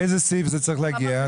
באיזה סעיף זה צריך להגיע?